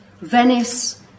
Venice